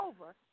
over